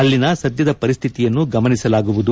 ಅಲ್ಲಿಯ ಸದ್ಗದ ಪರಿಸ್ತಿತಿಯನ್ನು ಗಮನಿಸಲಾಗುವುದು